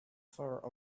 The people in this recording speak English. for